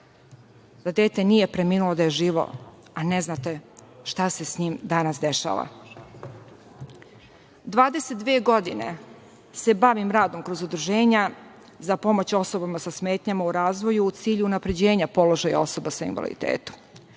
da dete nije preminulo, da je živo, a ne znate šta se s njim danas dešava. Dvadeset dve godine se bavim radom kroz udruženja za pomoć osobama sa smetnjama u razvoju u cilju unapređenja položaja osoba sa invaliditetom.